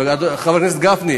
בשבוע הבא.